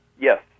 yes